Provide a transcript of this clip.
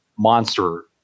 Monster